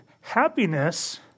Happiness